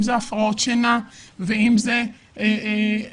אם אלה הפרעות שינה,